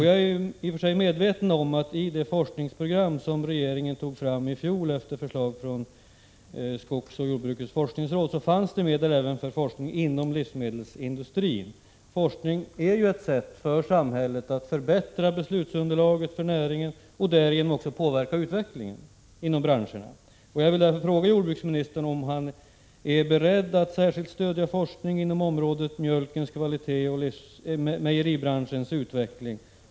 Jag är i för sig medveten om att enligt det forskningsprogram som regeringen tog fram fjol efter förslag från skogsoch jordbrukets forskningsråd skulle medel tillföras forskningen inom livsmedelsindustrin. Forskning är ju ett sätt för samhället att förbättra beslutsunderlaget för näringen och därigenom också påverka utvecklingen inom branscherna. Jag vill därför fråga jordbruksministern om han är beredd att särskilt stödja forskning när det gäller mjölkens kvalitet och mejeribranschens utveckling.